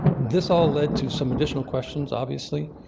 this all led to some additional questions, obviously.